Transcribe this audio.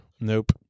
Nope